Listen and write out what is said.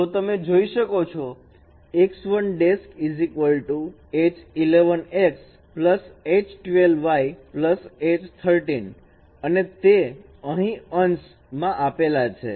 તો તમે જોઈ શકો છો અને તે અહીં અંશ માં આપેલા છે